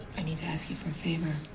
i need to ask you for a favor.